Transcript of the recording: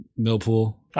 Millpool